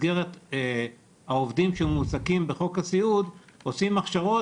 העובדים שמועסקים בחוק הסיעוד עושים הכשרות